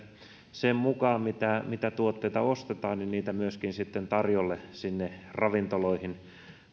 sen mukaan mitä mitä tuotteita ostetaan niitä myöskin tarjolle sinne ravintoloihin